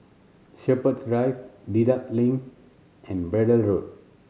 Shepherds Drive Dedap Link and Braddell Road